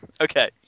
Okay